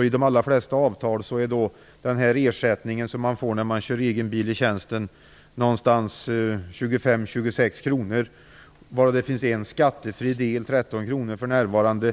I de allra flesta avtal ligger den ersättning man får när man kör egen bil i tjänsten på 25-26 kronor, varav en del, för närvarande 13 kronor, är skattefri. Resterande